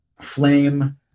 flame